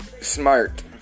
smart